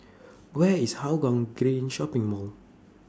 Where IS Hougang Green Shopping Mall